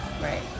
Right